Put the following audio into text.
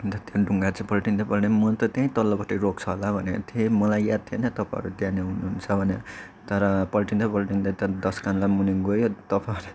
अन्त त्यो ढुङ्गा चाहिँ पल्टिँदै पल्टिँदै म त त्यहीँ तल्लोपट्टि रोक्छ होला भनेको थिएँ मलाई याद थिएन तपाईँहरू त्यहाँनिर हुनुहुन्छ भनेर तर पल्टिँदै पल्टिँदै त्यो दस कान्ला मुनि गयो तपाईँहरू